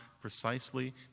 precisely